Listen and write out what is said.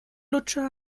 lutscher